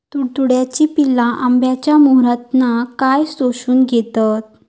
तुडतुड्याची पिल्ला आंब्याच्या मोहरातना काय शोशून घेतत?